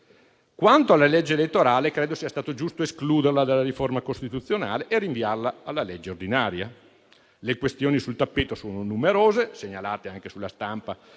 Quanto alla legge elettorale, credo sia stato giusto escluderla dalla riforma costituzionale e rinviarla alla legge ordinaria. Le questioni sul tappeto sono numerose, segnalate anche sulla stampa